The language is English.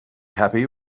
happy